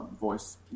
voice